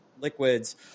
liquids